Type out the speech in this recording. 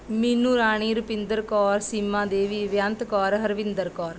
ਮੀਨੂੰ Rani Rupinder Kaur Seema Devi Beant Kaur Harvinder Kaur